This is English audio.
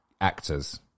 actors